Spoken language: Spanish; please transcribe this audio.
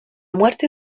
muerte